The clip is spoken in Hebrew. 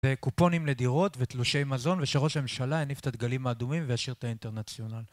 קופונים לדירות ותלושי מזון ושראש הממשלה יניף את הדגלים האדומים וישיר את האינטרנציונל